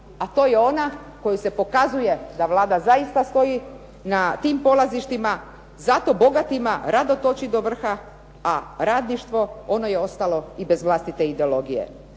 a to je ona koju se pokazuje da Vlada zaista stoji na tim polazištima, zato bogatima rado toči do vrha, a radništvo ono je ostalo i bez vlastite ideologije.